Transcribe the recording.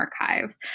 Archive